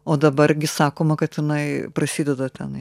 o dabar gi sakoma kad jinai prasideda tenai